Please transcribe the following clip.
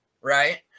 right